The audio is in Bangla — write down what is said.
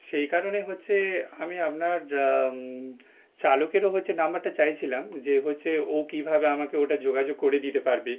সেই কারণে হচ্ছে আমি আপনার চালকেরও হচ্ছে নাম্বারটা চাইছিলাম যে হচ্ছে ও কীভাবে আমাকে ওটা যোগাযোগ করে দিতে পারবে